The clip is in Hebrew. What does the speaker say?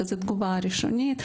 שזו התגובה הראשונית,